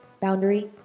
Boundary